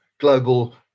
global